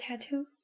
tattoo